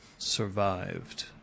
survived